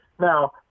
Now